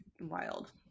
wild